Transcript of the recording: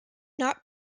not